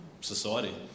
society